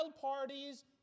parties